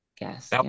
Yes